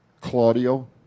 Claudio